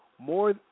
More